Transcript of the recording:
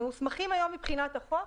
הם מוסמכים היום מבחינת החוק.